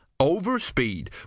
Overspeed